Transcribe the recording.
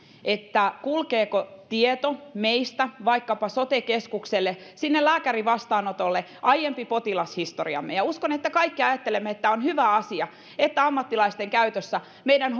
kulkeeko tieto meistä vaikkapa sote keskukselle sinne lääkärin vastaanotolle aiempi potilashistoriamme uskon että kaikki ajattelemme että on hyvä asia että ammattilaisten käytössä meidän